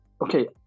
okay